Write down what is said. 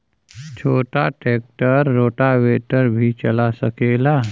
छोटा tractor rotavator भी चला सकेला?